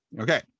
Okay